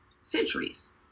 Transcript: centuries